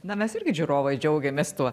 na mes irgi džiūrovai džiaugiamės tuo